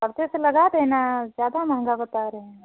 हलके से लगा देना ज़्यादा महँगा बता रहे हैं